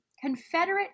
Confederate